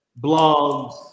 blogs